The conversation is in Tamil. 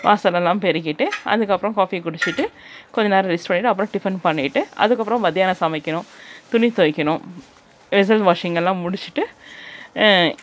வாசலெல்லாம் பெருக்கிவிட்டு அதுக்கப்புறோம் காஃபி குடிச்சுட்டு கொஞ்சம் நேரம் ரெஸ்ட் பண்ணிவிட்டு அப்புறோம் டிஃபன் பண்ணிவிட்டு அதுக்கப்புறோம் மத்தியானம் சமைக்கணும் துணி துவைக்கணும் வெசல் வாஷிங் எல்லாம் முடித்துட்டு